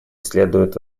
следует